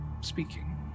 speaking